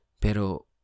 pero